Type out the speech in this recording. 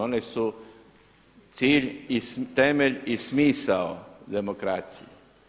One su cilj, i temelj, i smisao demokracije.